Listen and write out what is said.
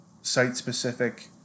site-specific